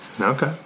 Okay